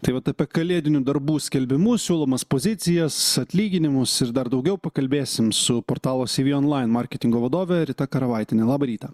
tai vat apie kalėdinių darbų skelbimus siūlomas pozicijas atlyginimus ir dar daugiau pakalbėsim su portalo sivi onlain marketingo vadove rita karavaitiene labą rytą